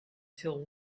till